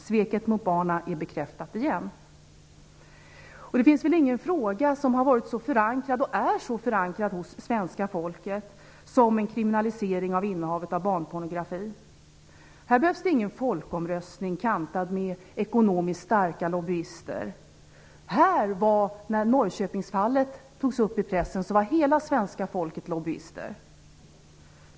Sveket mot barnen är bekräftat igen. Det finns väl ingen fråga som har varit och är så förankrad hos svenska folket som kriminaliseringen av innehav av barnpornografi. Här behövs det ingen folkomröstning kantad med ekonomiskt starka lobbyister. När Norrköpingsfallet togs upp i pressen var hela svenska folket lobbyister.